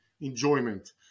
enjoyment